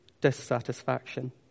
dissatisfaction